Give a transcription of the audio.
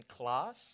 class